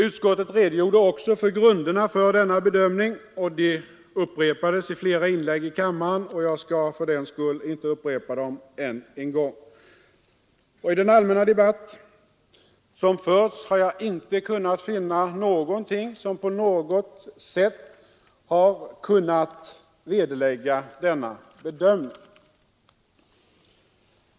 Utskottet redovisade också grunderna för denna bedömning. De upprepades i flera inlägg i kammaren, och jag skall fördenskull inte upprepa dem än en gång. I den allmänna debatt som förts har jag inte funnit någonting som på något sätt har kunnat vederlägga denna bedömning.